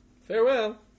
Farewell